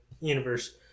universe